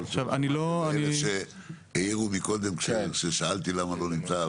אלה שהעירו מקודם כששאלתי למה לא נמצא.